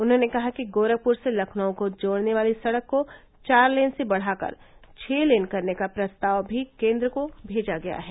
उन्होंने कहा कि गोरखपुर से लखनऊ को जोड़ने वाली सड़क को चार लेन से बढ़ाकर छः लेन करने का प्रस्ताव भी केंद्र को भेजा गया है